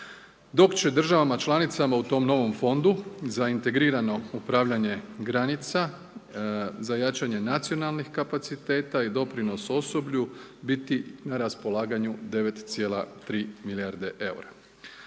dok će državama članicama u tom novom fondu za integrirano upravljanje granica za jačanje nacionalnih kapaciteta i doprinos osoblju biti na raspolaganju 9,3 milijarde EUR-a.